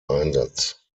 einsatz